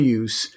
use